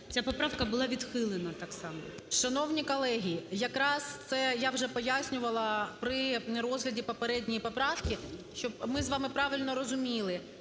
Ця поправка була відхилена так само. 13:48:21 ОСТРІКОВА Т.Г. Шановні колеги, якраз це я вже пояснювала при розгляді попередньої поправки, щоб ми з вами правильно розуміли.